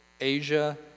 Asia